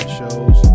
shows